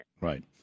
Right